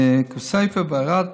בכסייפה, בערד,